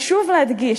חשוב להדגיש,